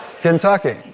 Kentucky